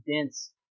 dense